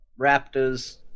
raptors